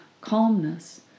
calmness